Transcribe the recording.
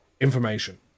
information